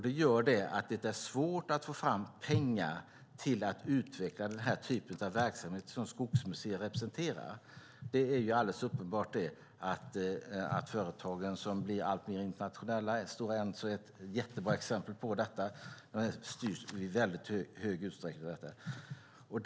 Det gör att det är svårt att få fram pengar till att utveckla den typ av verksamhet som Skogsmuseet representerar. Det är alldeles uppenbart att företagen blir alltmer internationella - Stora Enso är ett jättebra exempel på det - och i stor utsträckning styrs så.